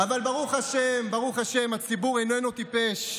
אבל ברוך השם, הציבור איננו טיפש.